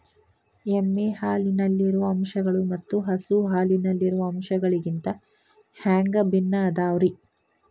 ಎಮ್ಮೆ ಹಾಲಿನಲ್ಲಿರೋ ಅಂಶಗಳು ಮತ್ತ ಹಸು ಹಾಲಿನಲ್ಲಿರೋ ಅಂಶಗಳಿಗಿಂತ ಹ್ಯಾಂಗ ಭಿನ್ನ ಅದಾವ್ರಿ?